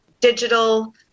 digital